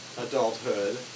adulthood